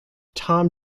tom